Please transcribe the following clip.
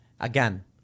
Again